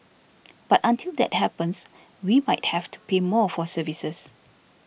but until that happens we might have to pay more for services